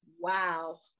Wow